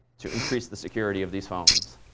to increase the security of these phones?